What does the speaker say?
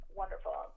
wonderful